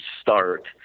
start